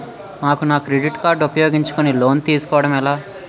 నాకు నా credit card ఉపయోగించుకుని లోన్ తిస్కోడం ఎలా?